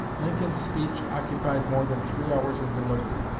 lincoln's speech occupied more than three hours in delivery,